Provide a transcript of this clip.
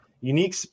unique